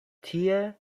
tie